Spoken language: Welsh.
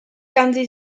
ganddi